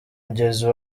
mugezi